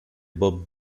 bob